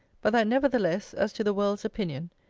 but that nevertheless, as to the world's opinion,